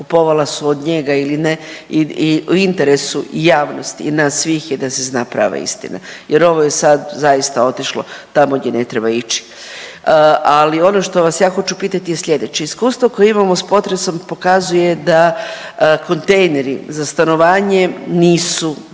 kupovala su od njega ili ne i u interesu i javnosti i nas svih je da se zna prava istina, jer ovo je sad zaista otišlo tamo gdje ne treba ići. Ali ono što vas ja hoću pitati je sljedeće. Iskustvo koje imamo sa potresom pokazuje da kontejneri za stanovanje nisu